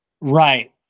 right